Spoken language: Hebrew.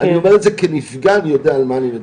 אני אומר את זה כנפגע אני יודע על מה אני מדבר.